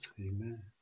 Amen